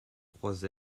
trois